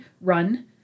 run